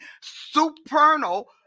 supernal